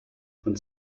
von